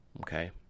Okay